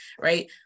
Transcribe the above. right